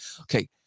Okay